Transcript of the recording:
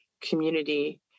community